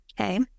Okay